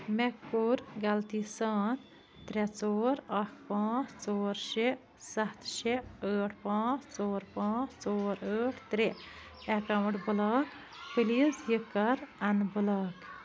مےٚ کوٚر غلطی سان ترٛےٚ ژور اَکھ پانٛژھ ژور شےٚ سَتھ شےٚ ٲٹھ پانٛژھ ژور پانٛژھ ژور ٲٹھ ترٛےٚ ایٚکاونٛٹ بلاک پٕلیز یہِ کَر اَن بلاک